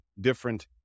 different